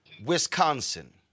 Wisconsin